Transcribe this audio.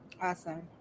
awesome